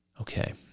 Okay